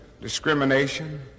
discrimination